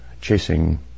chasing